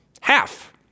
Half